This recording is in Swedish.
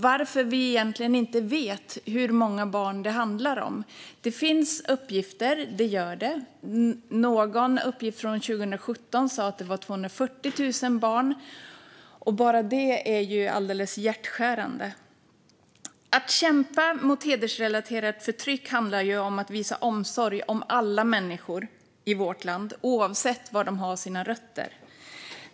Varför vet vi inte hur många barn det egentligen handlar om? Det finns uppgifter. Någon uppgift från 2017 talade om 240 000 barn. Bara det är alldeles hjärtskärande. Att kämpa mot hedersrelaterat förtryck handlar om att visa omsorg om alla människor i vårt land, oavsett var de har sina rötter.